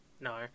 no